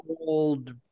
old